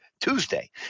Tuesday